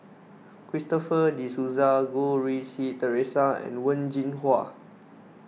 Christopher De Souza Goh Rui Si theresa and Wen Jinhua